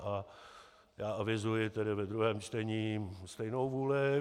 A já avizuji ve druhém čtení stejnou vůli.